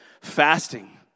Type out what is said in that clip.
fasting